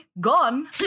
gone